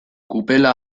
kupela